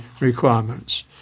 requirements